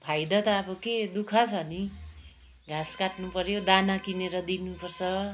फाइदा त अब के दु ख छ नि घाँस काट्नु पऱ्यो दाना किनेर दिनुपर्छ